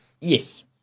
Yes